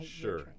Sure